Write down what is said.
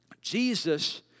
Jesus